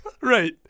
Right